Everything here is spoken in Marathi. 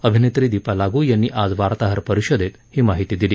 अभिनेत्री दिपा लागू यांनी आज वार्ताहर परिषदेत ही माहिती दिली